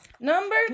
number